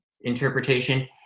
interpretation